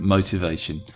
Motivation